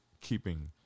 keeping